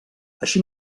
així